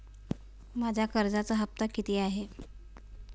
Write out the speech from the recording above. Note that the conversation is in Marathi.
माझा कर्जाचा हफ्ता किती आहे?